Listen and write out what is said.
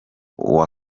uwa